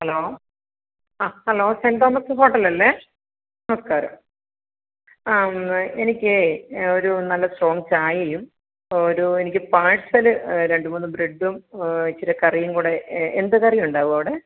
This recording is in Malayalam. ഹലോ ആ ഹലോ സെൻറ്റ് തോമസ് ഹോട്ടൽ അല്ലേ നമസ്കാരം ആ ഒന്ന് എനിക്കേ ഒരു നല്ല സ്ട്രോംഗ് ചായയും ഒരു എനിക്ക് പാഴ്സല് രണ്ട് മൂന്ന് ബ്രഡ്ഡും ഇച്ചിരി കറിയും കൂടെ എന്ത് കറിയുണ്ടാവും അവിടെ